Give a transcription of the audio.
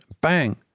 bang